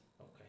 Okay